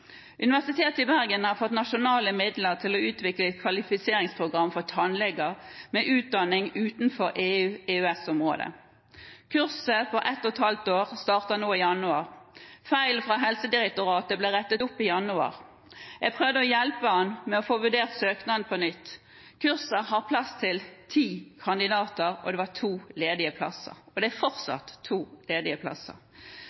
Universitetet i Bergen har fått nasjonale midler til å utvikle et kvalifiseringsprogram for tannleger med utdanning utenfor EU/EØS-området. Kurset på ett og et halvt år startet nå i januar. Feilen fra Helsedirektoratet ble rettet opp i januar. Jeg prøvde å hjelpe ham med å få vurdert søknaden på nytt. Kurset har plass til ti kandidater, det var to ledige plasser, og det er